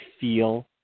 feel